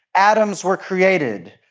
atoms were created,